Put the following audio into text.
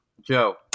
Joe